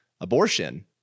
abortion